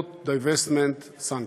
ה-Boycott, Divestment and Sanctions.